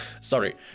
sorry